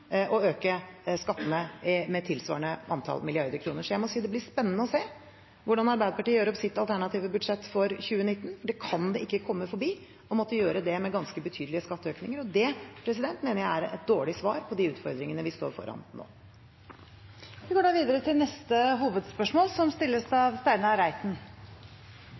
å øke skattene med tilsvarende antall milliarder kroner. Så jeg må si det blir spennende å se hvordan Arbeiderpartiet gjør opp sitt alternative budsjett for 2019. De kan ikke komme forbi å måtte gjøre det med ganske betydelige skatteøkninger, og det mener jeg er et dårlig svar på de utfordringene vi står foran nå. Vi går videre til neste hovedspørsmål.